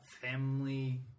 family